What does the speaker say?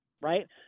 right